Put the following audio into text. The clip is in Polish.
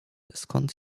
skąd